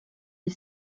des